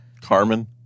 Carmen